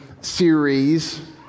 series